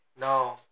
No